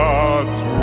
God's